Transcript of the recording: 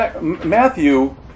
Matthew